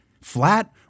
flat